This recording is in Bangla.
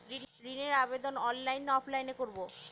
ঋণের আবেদন অনলাইন না অফলাইনে করব?